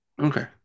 okay